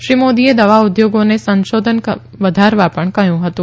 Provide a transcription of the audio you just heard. શ્રી મોદીએ દવા ઉદ્યોગોને સંશોધન વધારવા પણ કહ્યું હતું